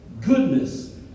Goodness